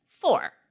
four